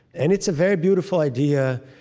and it's a very beautiful idea.